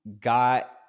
got